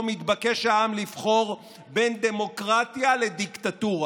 מתבקש העם לבחור בין דמוקרטיה לדיקטטורה,